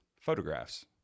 photographs